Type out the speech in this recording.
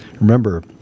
remember